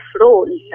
role